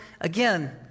again